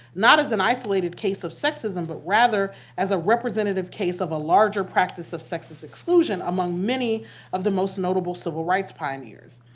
not as an isolated case of sexism but rather as a representative case of a larger practice of sexist exclusion among many of the most notable civil rights pioneers.